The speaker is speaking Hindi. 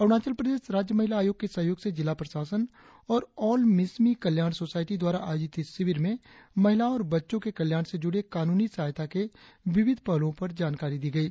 अरुणाचल प्रदेश राज्य महिला आयोग के सहयोग से जिला प्रशासन और ऑल मिसमी कल्याण सोसायटी द्वारा आयोजित इस शिविर में महिलाओ और बच्चो के कल्याण से जुड़े कानूनी सहायता के विविध पहलूओ पर जानकारी दी गयी